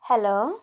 hello